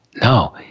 No